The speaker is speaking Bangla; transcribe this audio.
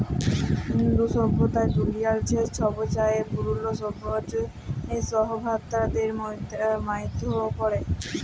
ইন্দু সইভ্যতা দুলিয়ার ছবচাঁয়ে পুরল সইভ্যতাদের মইধ্যে পড়ে